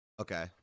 Okay